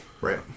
right